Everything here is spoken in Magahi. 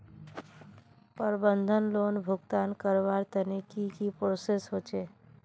प्रबंधन लोन भुगतान करवार तने की की प्रोसेस होचे?